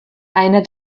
einer